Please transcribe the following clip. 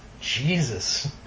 Jesus